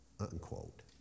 unquote